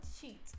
cheat